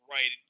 Right